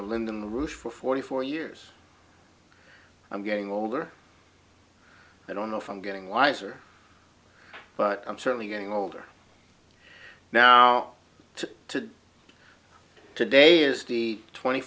of lyndon la rouche for forty four years i'm getting older i don't know if i'm getting lighter but i'm certainly getting older now to today is the twenty